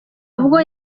ubwo